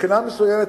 מבחינה מסוימת,